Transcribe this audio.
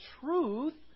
truth